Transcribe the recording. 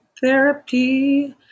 therapy